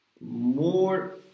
more